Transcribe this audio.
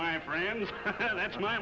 my friends that's my